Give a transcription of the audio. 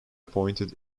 appointed